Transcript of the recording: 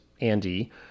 andy